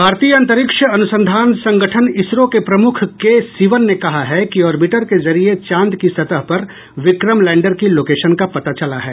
भारतीय अंतरिक्ष अनुसंधान संगठन इसरो के प्रमुख के सिवन ने कहा है कि ऑर्बिटर के जरिए चांद की सतह पर विक्रम लैंडर की लोकेशन का पता चला है